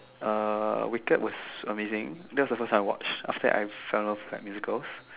uh wicked was amazing that was first time I watched after that I fell in love with like musicals